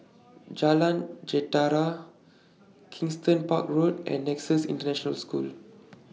Jalan Jentera Kensington Park Road and Nexus International School